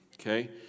okay